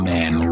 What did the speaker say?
Man